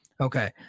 okay